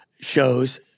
shows